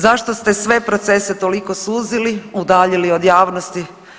Zašto ste sve procese toliko suzili, udaljili od javnosti?